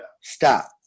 stop